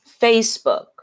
Facebook